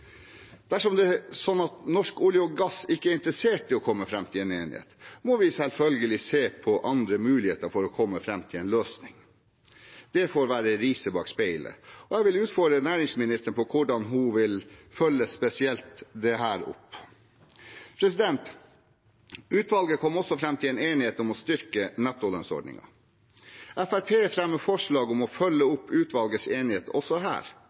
Dersom det er slik at Norsk olje og gass ikke er interessert i å komme fram til en enighet, må vi selvfølgelig se på andre muligheter for å komme fram til en løsning. Det får være riset bak speilet. Jeg vil utfordre næringsministeren på hvordan hun vil følge spesielt dette opp. Utvalget kom også fram til en enighet om å styrke nettolønnsordningen. Fremskrittspartiet fremmer forslag om å følge opp utvalgets enighet også her.